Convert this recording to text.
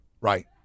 right